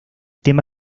tema